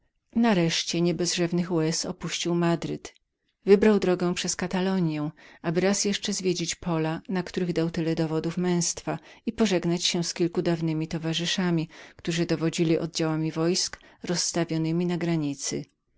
nareszcie nie bez rzewnych łez opuścił madryt mój ojciec wybrał drogę przez katoloniję aby raz jeszcze zwiedzić pola na których dał tyle dowodów męztwa i pożegnać się z kilku dawnymi towarzyszami którzy dowodzili oddziałami wojsk rozstawionemi na granicy